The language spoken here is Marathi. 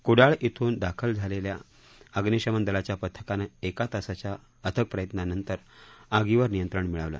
क्डाळ इथून दाखल झालेल्या अभ्निशमन दलाच्या पथकानं एक तासाच्या अथक प्रयत्नांनंतर आगीवर नियंत्रण मिळवलं